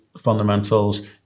fundamentals